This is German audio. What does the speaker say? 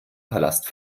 palast